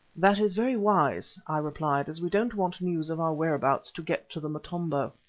that is very wise, i replied, as we don't want news of our whereabouts to get to the motombo.